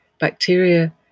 bacteria